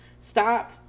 Stop